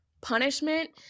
punishment